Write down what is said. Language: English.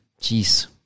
Jeez